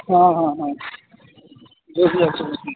हाँ हाँ हाँ जो भी होगा उसमें भी